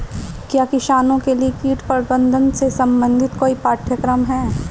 क्या किसानों के लिए कीट प्रबंधन से संबंधित कोई पाठ्यक्रम है?